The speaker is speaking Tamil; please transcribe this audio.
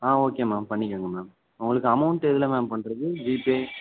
ஆ ஓகே மேம் பண்ணிக்கிங்க மேம் உங்களுக்கு அமௌண்ட் எதில் மேம் பண்ணுறது ஜிபே